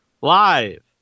live